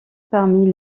parmi